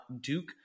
Duke